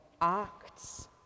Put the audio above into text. Acts